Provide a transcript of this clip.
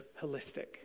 holistic